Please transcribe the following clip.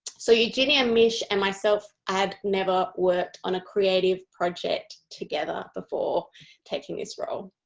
so you genia, mish and myself had never worked on a creative project together before taking this role.